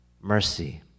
Mercy